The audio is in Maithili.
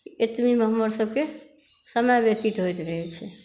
एतबेमे हमर सबके समय व्यतीत होइत रहै छै